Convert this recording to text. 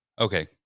Okay